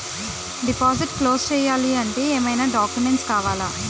Deposit close చేయాలి అంటే ఏమైనా డాక్యుమెంట్స్ కావాలా?